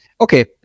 Okay